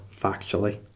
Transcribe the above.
factually